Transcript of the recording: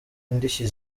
indishyi